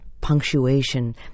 punctuation